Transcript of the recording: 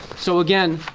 so, again,